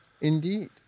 indeed